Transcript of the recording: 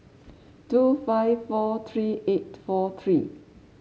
two five four three eight four three